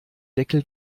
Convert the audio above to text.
deckel